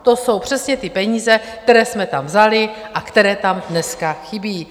To jsou přesně ty peníze, které jste tam vzali a které tam dneska chybí.